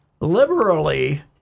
liberally